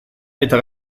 eta